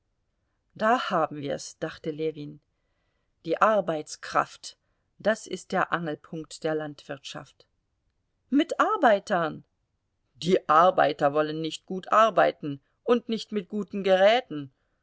da haben wir's dachte ljewin die arbeitskraft das ist der angelpunkt der landwirtschaft mit arbeitern die arbeiter wollen nicht gut arbeiten und nicht mit guten geräten